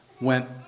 went